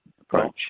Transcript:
approach